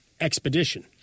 expedition